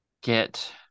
get